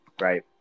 right